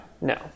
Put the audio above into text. no